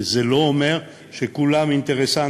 וזה לא אומר שכולם אינטרסנטים,